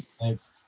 thanks